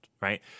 right